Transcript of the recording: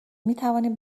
میتوانیم